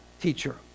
teacher